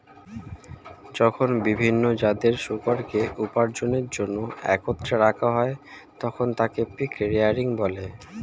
যখন বিভিন্ন জাতের শূকরকে উপার্জনের জন্য একত্রে রাখা হয়, তখন তাকে পিগ রেয়ারিং বলে